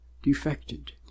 defected